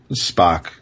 spock